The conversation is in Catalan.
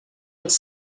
els